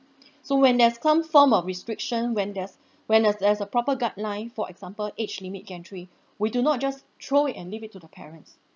so when there's some form of restriction when there's when there's there's a proper guideline for example age limit entry we do not just throw it and leave it to the parents